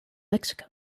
mexico